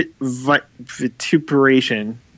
Vituperation